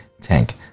Tank